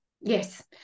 Yes